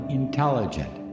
intelligent